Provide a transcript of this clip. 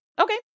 okay